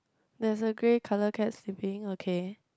there is a grey colour cat sleeping okay